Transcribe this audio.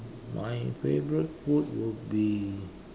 my favourite food would be